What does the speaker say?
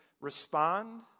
respond